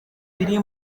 iri